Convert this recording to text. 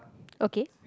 ok